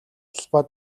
талбай